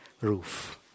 roof